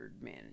men